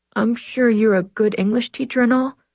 i'm sure you're a good english teacher in all.